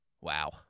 Wow